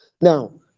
Now